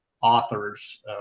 authors